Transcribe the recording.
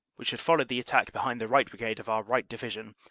which had followed the attack behind the right brigade of our right division,